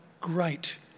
great